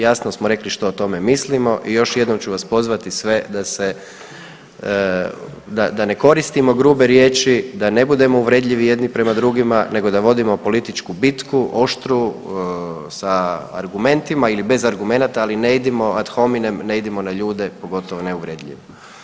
Jasno smo rekli što o tome mislimo i još jednom ću vas pozvati sve da ne koristimo grube riječi, da ne budemo uvredljivi jedni prema drugima nego da vodimo političku bitku oštru sa argumentima ili bez argumenata, ali ne idimo ad hominem, ne idimo na ljude pogotovo ne uvredljivo.